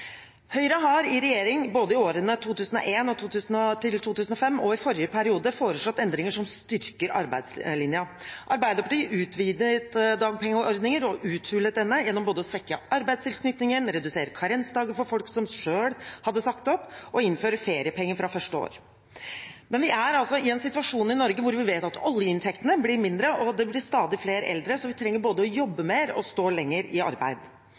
Høyre har i regjering, både i årene 2001–2005 og i forrige periode, foreslått endringer som styrker arbeidslinjen. Arbeiderpartiet utvidet dagpengeordningen og uthulet denne gjennom å svekke arbeidstilknytningen, redusere karensdager for folk som selv hadde sagt opp og å innføre feriepenger fra første år. Vi er altså i en situasjon i Norge hvor vi vet at oljeinntektene blir mindre og det blir stadig flere eldre, så vi trenger både å jobbe mer og å stå lenger i arbeid.